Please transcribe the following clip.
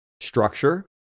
structure